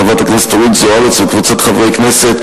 של חברת הכנסת אורית זוארץ וקבוצת חברי הכנסת,